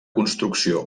construcció